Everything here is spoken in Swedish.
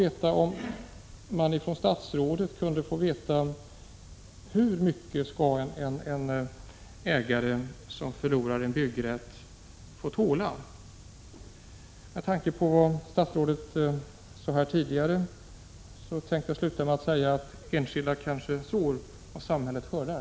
Det vore bra om statsrådet kunde upplysa oss om hur mycket en fastighetsägare som förlorar sin byggrätt skall få tåla. Med tanke på vad statsrådet sade tidigare vill jag sluta med att säga att det kanske är så att enskilda sår vad samhället skördar.